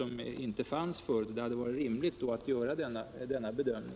Med den vetskapen hade det varit lätt att göra en bedömning.